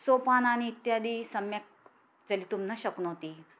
सोपानानि इत्यादि सम्यक् चलितुं न शक्नोति